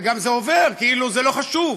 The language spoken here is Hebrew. וגם זה עובר כאילו זה לא חשוב.